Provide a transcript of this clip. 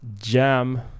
Jam